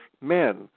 men